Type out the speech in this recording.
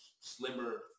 slimmer